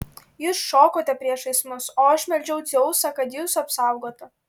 jūs šokote priešais mus o aš meldžiau dzeusą kad jus apsaugotų